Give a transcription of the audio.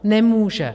Nemůže.